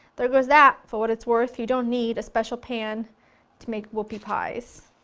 there goes that for what it's worth, you don't need a special pan to make whoopie pies.